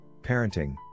parenting